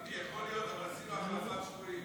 טיבי, אולי נעשה החלפת שבויים.